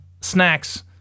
snacks